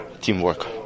teamwork